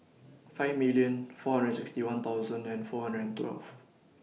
five million four hundred sixty one thousand and four hundred and twelve